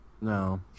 No